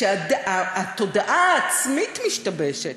שהתודעה העצמית משתבשת,